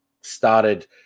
started